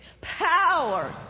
power